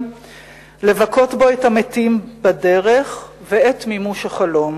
לבכות בו את המתים בדרך ולציין בו את מימוש החלום.